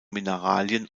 mineralien